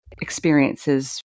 experiences